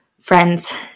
Friends